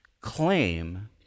claim